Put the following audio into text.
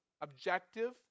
objective